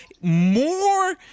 More